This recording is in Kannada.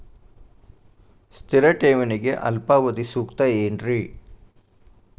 ಸ್ಥಿರ ಠೇವಣಿಗೆ ಅಲ್ಪಾವಧಿ ಸೂಕ್ತ ಏನ್ರಿ?